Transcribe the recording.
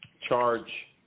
charge